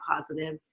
positive